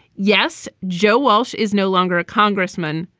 yes, joe walsh is no longer a congressman,